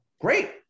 great